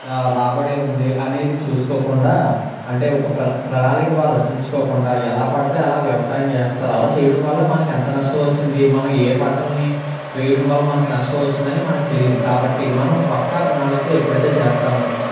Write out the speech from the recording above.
రాబడి ఉంది అనేది చూసుకోకుండా అంటే ఒక ప్రణా ప్రణాళిక వారు రచించుకోకుండా ఎలా పడితే అలా వ్యవసాయం చేసేస్తారు అలా చేయడం వల్ల మనకి ఎంత నష్టం వచ్చింది మనం ఏ పంటలని వేయడం వల్ల మనకి నష్టం వచ్చిందని మనకు తెలీదు కాబట్టి మనం పక్కా ప్రణాళికతో ఎప్పుడైతే చేస్తామో